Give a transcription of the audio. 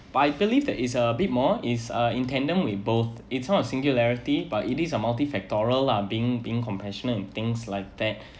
but I believe that is a bit more is uh in tandem with both it not a singularity but it is a multi factorial lah being being compassionate and things like that